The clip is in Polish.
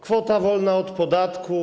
Kwota wolna od podatku.